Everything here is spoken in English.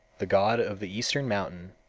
the god of the eastern mountain,